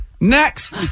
Next